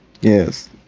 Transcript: Yes